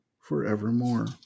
forevermore